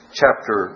chapter